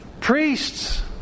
Priests